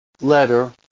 letter